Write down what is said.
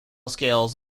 scales